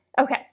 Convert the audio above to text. Okay